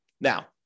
Now